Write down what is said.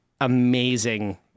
amazing